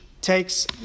takes